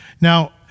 Now